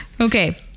Okay